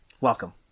Welcome